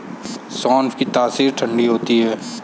सौंफ की तासीर ठंडी होती है